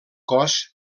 cos